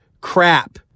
crap